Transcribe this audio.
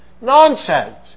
Nonsense